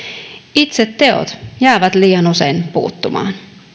itse teot jäävät liian usein puuttumaan